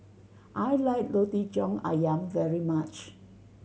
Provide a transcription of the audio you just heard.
I like Roti John Ayam very much